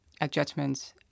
adjustments